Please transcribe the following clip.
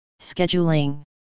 Scheduling